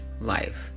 life